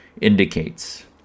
indicates